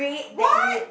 what